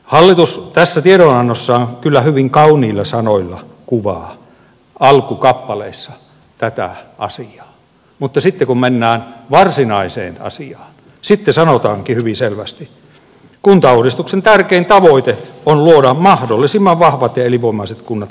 hallitus tässä tiedonannossaan kyllä hyvin kauniilla sanoilla kuvaa alkukappaleissa tätä asiaa mutta sitten kun mennään varsinaiseen asiaan sitten sanotaankin hyvin selvästi että kuntauudistuksen tärkein tavoite on luoda mahdollisimman vahvat ja elinvoimaiset kunnat kaikkialle suomeen